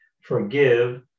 forgive